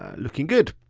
ah looking good.